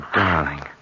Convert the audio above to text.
darling